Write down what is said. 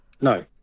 No